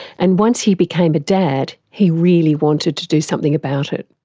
and once he became a dad, he really wanted to do something about it.